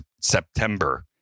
September